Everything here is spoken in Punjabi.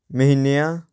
ਮਹੀਨਿਆਂ